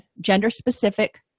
gender-specific